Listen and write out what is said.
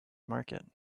market